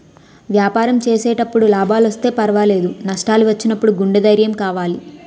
వ్యాపారం చేసేటప్పుడు లాభాలొస్తే పర్వాలేదు, నష్టాలు వచ్చినప్పుడు గుండె ధైర్యం కావాలి